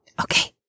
Okay